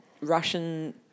Russian